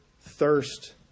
thirst